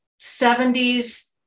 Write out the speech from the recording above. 70s